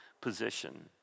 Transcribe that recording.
position